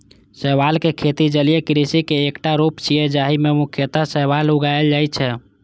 शैवालक खेती जलीय कृषि के एकटा रूप छियै, जाहि मे मुख्यतः शैवाल उगाएल जाइ छै